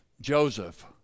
Joseph